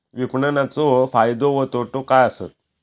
विपणाचो फायदो व तोटो काय आसत?